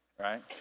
Right